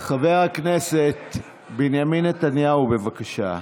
חבר הכנסת בנימין נתניהו, בבקשה.